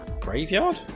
graveyard